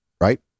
right